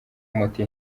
moto